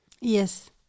Yes